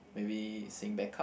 maybe sing backup